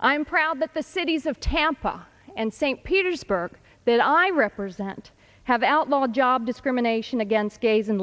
i'm proud that the cities of tampa and st petersburg that i represent have outlawed job discrimination against gays and